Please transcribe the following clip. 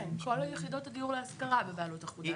כן, כל יחידות הדיור להשכרה בבעלות אחודה.